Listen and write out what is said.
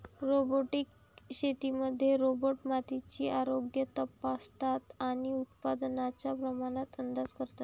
robotic शेतीमध्ये robot मातीचे आरोग्य तपासतात आणि उत्पादनाच्या प्रमाणात अंदाज करतात